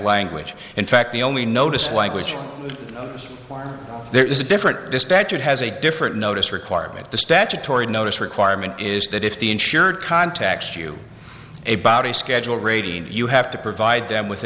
language in fact the only notice language or there is a different dispatch it has a different notice requirement the statutory notice requirement is that if the insured contacts you a body schedule rating you have to provide them with